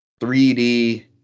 3D